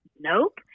Nope